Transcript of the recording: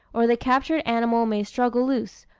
or the captured animal may struggle loose,